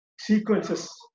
sequences